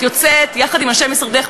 את יוצאת יחד עם אנשי משרדך,